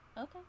Okay